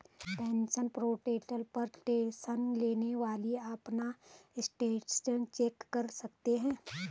pensioners portal पर tension लेने वाली अपना स्टेटस चेक कर सकते हैं